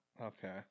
Okay